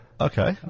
Okay